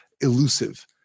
elusive